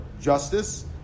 justice